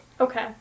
Okay